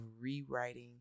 rewriting